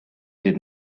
did